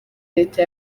leta